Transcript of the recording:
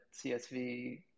CSV